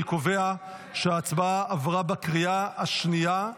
אני קובע שההצעה עברה בקריאה השנייה.